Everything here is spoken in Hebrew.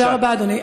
תודה רבה, אדוני.